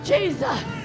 Jesus